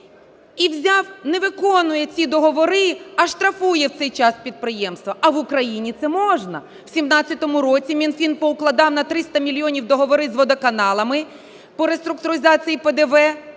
і взяв… не виконує ці договори, а штрафує в цей час підприємства. А в Україні це можна. В 17-му році Мінфінпоукладав на 300 мільйонів договори з водоканалами по реструктуризації ПДВ